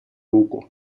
руку